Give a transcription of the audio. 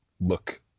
look